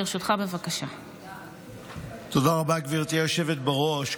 תודה רבה, גברתי היושבת בראש.